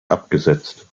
abgesetzt